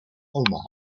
omaha